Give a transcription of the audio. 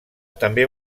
també